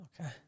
Okay